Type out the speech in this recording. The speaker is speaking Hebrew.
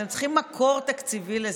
אתם צריכים מקור תקציבי לזה.